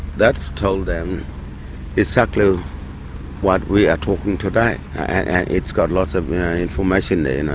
that's told them exactly what we are talking today, and it's got lots of information in it.